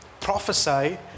prophesy